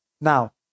Now